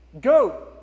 go